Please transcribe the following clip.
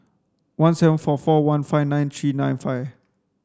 one seven four four one five nine three nine five